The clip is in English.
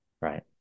right